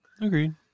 Agreed